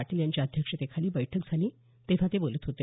पाटील यांच्या अध्यक्षतेखाली बैठक झाली तेव्हा ते बोलत होते